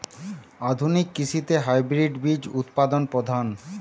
আধুনিক কৃষিতে হাইব্রিড বীজ উৎপাদন প্রধান